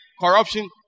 corruption